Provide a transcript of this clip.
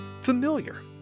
familiar